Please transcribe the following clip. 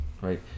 right